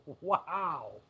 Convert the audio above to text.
Wow